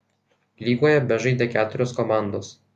lygoje bežaidė keturios komandos